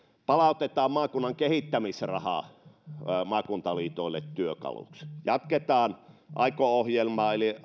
palautetaan maakunnan kehittämisrahaa maakuntaliitoille työkaluksi jatketaan aiko ohjelmaa eli